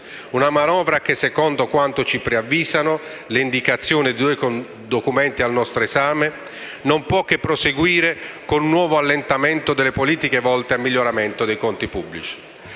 una manovra che - secondo quanto ci preavvisano le indicazioni dei due documenti al nostro esame - non può che proseguire con un nuovo allentamento delle politiche volte al miglioramento dei conti pubblici.